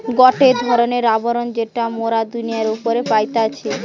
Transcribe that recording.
গটে ধরণের আবরণ যেটা মোরা দুনিয়ার উপরে পাইতেছি